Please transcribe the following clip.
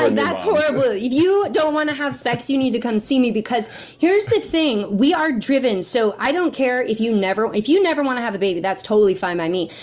and that's horrible. if you don't want to have sex, you need to come see me because here's the thing, we are driven. so i don't care if you never. if you never want to have a baby, that's totally fine by me.